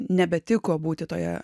nebetiko būti toje